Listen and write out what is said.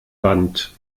band